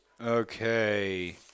Okay